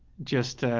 just a,